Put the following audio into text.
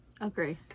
Agree